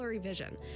vision